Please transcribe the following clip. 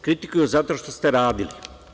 Kritikuju zato što ste radili.